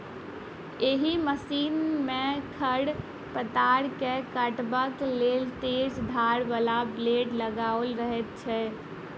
एहि मशीन मे खढ़ पतवार के काटबाक लेल तेज धार बला ब्लेड लगाओल रहैत छै